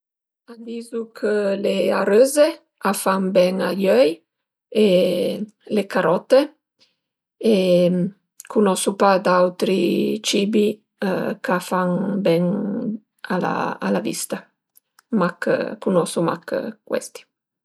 A dizu chë le arëze a fan ben a i öi e le carote e cunosu pa d'autri cibi ch'a fan ben a la al vista mach cunosu mach cuesti